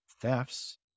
thefts